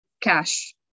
cash